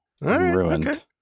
Ruined